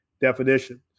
definition